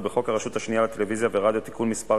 ובחוק הרשות השנייה לטלוויזיה ורדיו (תיקון מס'